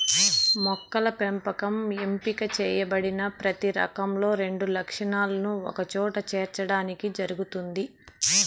మొక్కల పెంపకం ఎంపిక చేయబడిన ప్రతి రకంలో రెండు లక్షణాలను ఒకచోట చేర్చడానికి జరుగుతుంది